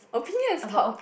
opinions talk